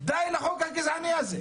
די לחוק הגזעני הזה.